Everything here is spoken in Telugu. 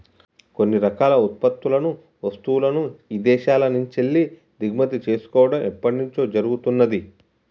కొన్ని రకాల ఉత్పత్తులను, వస్తువులను ఇదేశాల నుంచెల్లి దిగుమతి చేసుకోడం ఎప్పట్నుంచో జరుగుతున్నాది